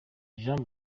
jean